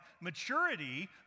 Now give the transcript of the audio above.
maturity